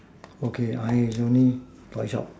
okay I only workshop